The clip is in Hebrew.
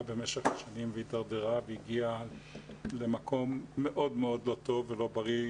במשך השנים והידרדרה והגיעה למקום מאוד מאוד לא טוב ולא בריא